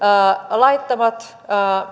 laittomat